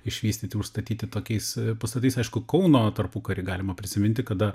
išvystyti užstatyti tokiais pastatais aišku kauno tarpukarį galima prisiminti kada